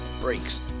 brakes